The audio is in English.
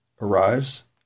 arrives